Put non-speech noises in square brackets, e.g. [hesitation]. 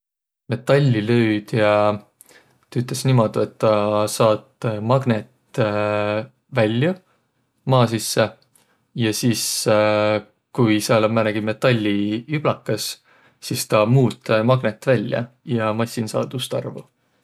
Metallilöüdjä tüütäs niimuudu, et tä saat [hesitation] magnetväljo maa sisse, ja sis [hesitation] ku sääl om määnegi metallijublakas, sis tuu muut magnetväljä ja massin saa tuust arvo.